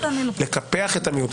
לקפח אותו,